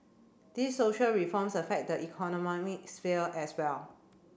these social reforms affect the economic sphere as well